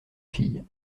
fille